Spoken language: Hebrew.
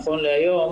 נכון להיום